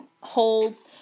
holds